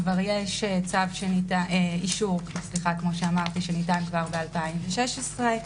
כבר יש אישור שניתן כבר ב-2016,